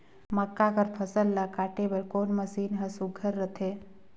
मक्का कर फसल ला काटे बर कोन मशीन ह सुघ्घर रथे?